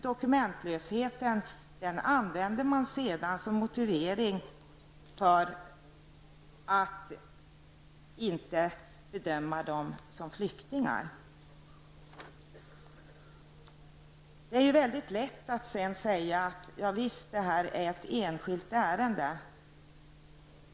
Dokumentlösheten används sedan som motivering för att inte bedöma dem som flyktingar. Det är lätt att säga att detta är ett enskilt ärende.